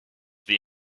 the